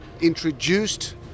introduced